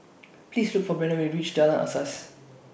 Please Look For Branden when YOU REACH Jalan Asas